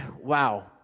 wow